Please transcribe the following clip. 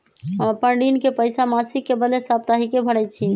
हम अपन ऋण के पइसा मासिक के बदले साप्ताहिके भरई छी